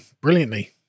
brilliantly